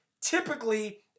Typically